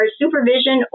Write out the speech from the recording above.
supervision